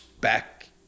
back